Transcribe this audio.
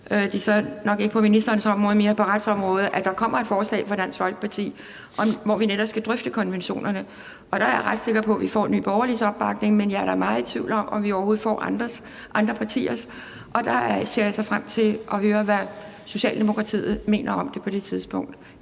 det er så nok ikke på ministerens område, men mere på retsområdet – at der kommer et forslag fra Dansk Folkeparti, hvor vi netop skal drøfte konventionerne. Og der er jeg ret sikker på, at vi får Nye Borgerliges opbakning, men jeg er da meget tvivl om, om vi overhovedet får andre partiers opbakning. Der ser jeg så frem til at høre, hvad Socialdemokratiet mener om det, på det tidspunkt.